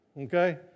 Okay